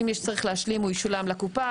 אם צריך להשלים הוא ישולם לקופה,